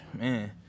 man